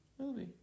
movie